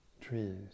trees